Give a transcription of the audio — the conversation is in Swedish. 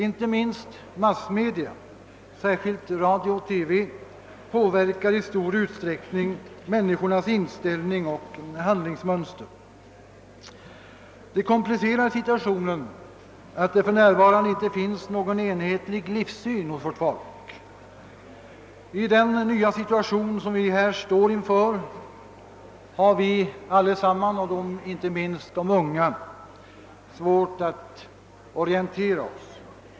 Inte minst massmedia, särskilt radio och TV, påverkar i stor utsträckning människornas inställning och handlingsmönster. Situationen kompliceras av att det för närvarande inte finns någon enhetlig livssyn hos vårt folk. I den nya situation som vi här står inför har vi alle sammans och inte minst de unga svårt att orientera oss.